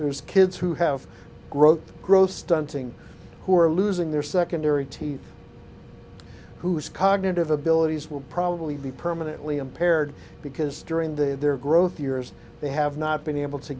there's kids who have growth growth stunting who are losing their secondary teeth whose cognitive abilities will probably be permanently impaired because during the their growth years they have not been able to